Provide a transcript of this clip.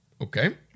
Okay